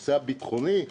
הנושא הביטחוני.